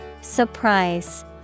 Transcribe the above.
Surprise